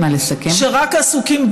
שרק עסוקים,